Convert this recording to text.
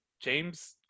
James